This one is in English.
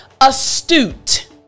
astute